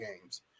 games